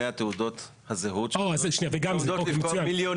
תן לו דרכון עד שיעשה --- זה הדרכון הזמני.